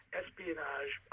espionage